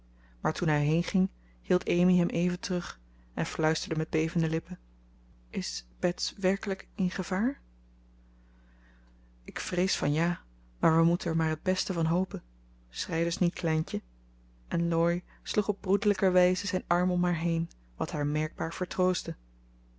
maar toen hij heenging hield amy hem even terug en fluisterde met bevende lippen is bets werkelijk in gevaar ik vrees van ja maar we moeten er maar het beste van hopen schrei dus niet kleintje en laurie sloeg op broederlijke wijze zijn arm om haar heen wat haar merkbaar